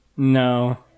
no